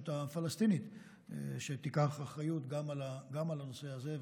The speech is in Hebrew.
הפלסטינית שתיקח אחריות על הנושא הזה.